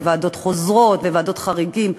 וועדות חוזרות וועדות חריגים.